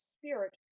spirit